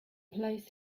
place